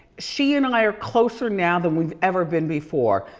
she and i are closer now than we've ever been before.